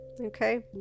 okay